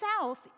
south